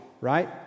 right